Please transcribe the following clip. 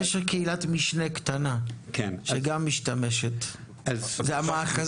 יש קהילת משנה קטנה שגם משתמשת, ואלה המאחזים.